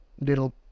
little